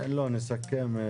לא, נסכם.